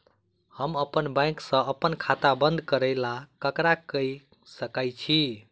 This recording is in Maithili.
हम अप्पन बैंक सऽ अप्पन खाता बंद करै ला ककरा केह सकाई छी?